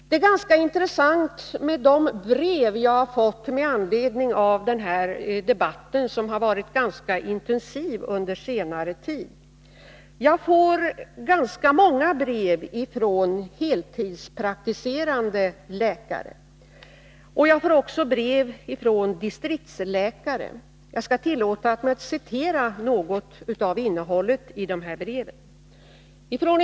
De brev som jag har fått med anledning av den ganska intensiva debatten under senare tid är mycket intressanta. Jag får rätt många brev från heltidspraktiserande läkare, och jag får också brev från distriktsläkare. Här skall jag tillåta mig att återge något av innehållet i breven.